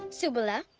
subala,